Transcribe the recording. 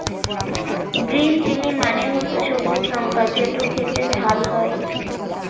green chilli মানে হসে সবুজ লঙ্কা যেটো খেতে ঝাল হই